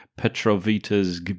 Petrovita's